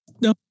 No